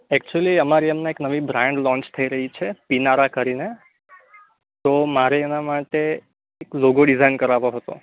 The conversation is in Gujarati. એકચુંલી અમારી હમણાં એક નવી બ્રાન્ડ લોન્ચ થઈ રહી છે પીનારા કરીને તો મારે એના માટે એક લોગો ડિઝાઈન કરાવવો હતો